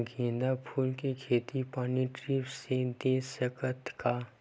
गेंदा फूल के खेती पानी ड्रिप से दे सकथ का?